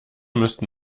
müssten